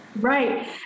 Right